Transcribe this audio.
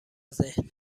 ذهن